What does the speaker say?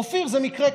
אופיר, זה מקרה קשה.